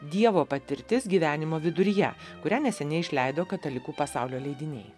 dievo patirtis gyvenimo viduryje kurią neseniai išleido katalikų pasaulio leidiniai